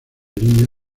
línea